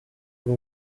aba